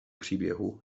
příběhu